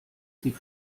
sie